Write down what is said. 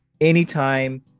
anytime